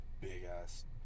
big-ass